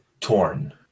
torn